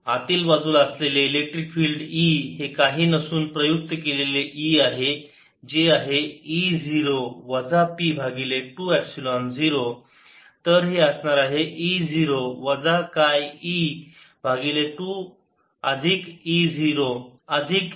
आतील बाजूला असलेले इलेक्ट्रिक फील्ड E हे काही नसून प्रयुक्त केलेले E आहे जे आहे E 0 वजा p भागिले 2 एपसिलोन 0 तर हे असणार आहे E 0 वजा काय e भागिले 2 अधिक e E 0 हे y च्या दिशेमध्ये